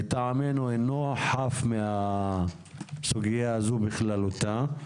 לטעמנו, אינו חף מהסוגיה הזו בכללותה.